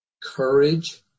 courage